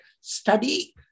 Study